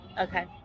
Okay